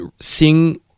sing